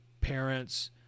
parents